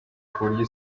kuburyo